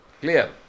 Clear